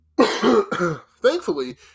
thankfully